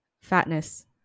fatness